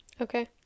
Okay